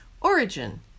origin